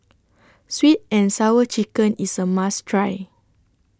Sweet and Sour Chicken IS A must Try